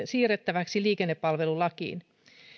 siirrettäväksi liikennepalvelulakiin